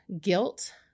guilt